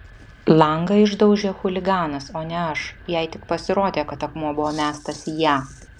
langą išdaužė chuliganas o ne aš jai tik pasirodė kad akmuo buvo mestas į ją